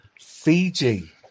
Fiji